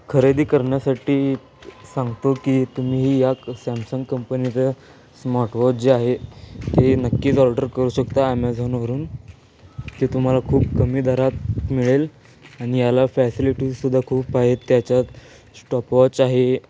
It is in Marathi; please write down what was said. खरेदी करण्यासाठी सांगतो की तुम्ही ही या क सॅमसंग कंपनीचं स्मार्टवॉच जे आहे ते नक्कीच ऑर्डर करू शकता ॲमेझॉनवरून ते तुम्हाला खूप कमी दरात मिळेल आणि याला फॅसिलिटीजसुद्धा खूप आहेत त्याच्यात स्टॉपवॉच आहे